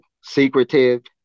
secretive